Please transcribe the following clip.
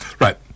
Right